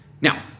Now